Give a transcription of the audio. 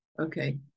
Okay